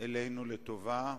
אלינו לטובה,